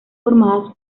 formadas